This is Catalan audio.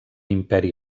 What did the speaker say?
imperi